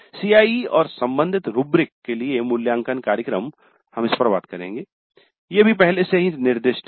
CIE और संबंधित rubric के लिए मूल्यांकन कार्यक्रम इस पर बात करेंगे ये भी पहले से ही निर्दिष्ट हैं